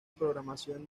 programación